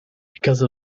because